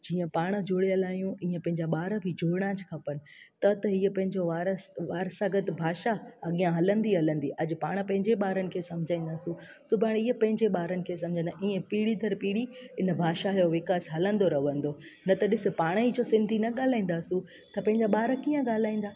जीअं पाण जुड़ियलु आहियूं ईअं पंहिंजा ॿार बि जुड़णा खपनि त इहे पंहिंजो वारसि वार सगत भाषा अॻियां हलंदी हलंदी अॼु पाण पंहिंजे ॿारनि खे सम्झाईंदासीं सुभाणे इहे पंहिंजे ॿारनि खे सम्झाईंदा ईअं पीढ़ी दरि पीढ़ी हिन भाषा जो विकासु हलंदो रहंदो न त ॾिसि पाण ई जो सिंधी न ॻाल्हाईंदासीं त पंहिंजा ॿार कीअं ॻाल्हाईंदा